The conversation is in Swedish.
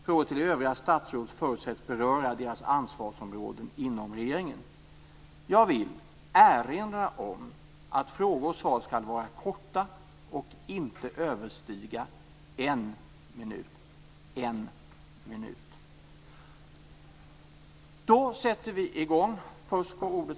Frågor till övriga statsråd förutsätts beröra deras ansvarsområde inom regeringen. Jag vill erinra om att frågor och svar ska vara korta och inte överstiga 1 minut.